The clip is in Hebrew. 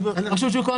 רשות שוק ההון,